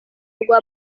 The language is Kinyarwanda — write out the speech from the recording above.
rwa